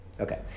Okay